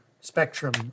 spectrum